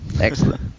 excellent